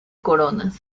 coronas